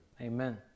Amen